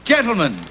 gentlemen